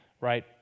right